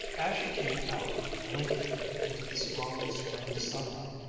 as she came out blinkingly into the strong spring sunlight,